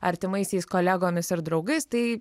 artimaisiais kolegomis ir draugais tai